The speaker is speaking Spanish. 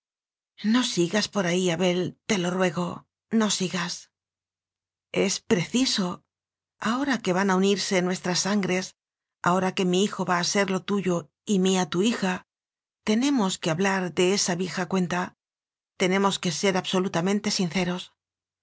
no sigas por ahí abel te lo ruego no sigas es preciso ahora que van a unirse nues tras sangres ahora que mi hijo va a serlo tuyo y mía tu hija tenemos que hablar de esa vieja cuenta tenemos que ser absoluta mente sinceros